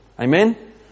Amen